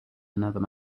another